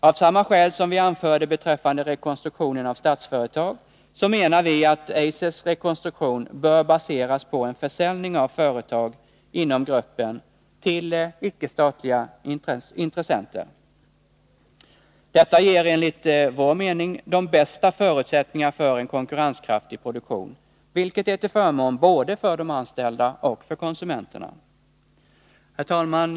Av samma skäl som vi anförde beträffande rekonstruktionen av Statsföretag menar vi att Eisers rekonstruktion bör baseras på en försäljning av företag inom gruppen till icke-statliga intressenter. Detta ger, enligt vår mening, de bästa förutsättningarna för en konkurrenskraftig produktion, vilket är till förmån både för de anställda och för konsumenterna. Herr talman!